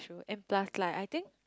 and plus like I think